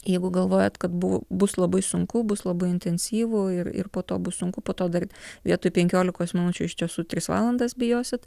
jeigu galvojat kad buvo bus labai sunku bus labai intensyvu ir ir po to bus sunku po to dar vietoj penkiolikos minučių iš tiesų tris valandas bijosit